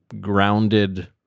grounded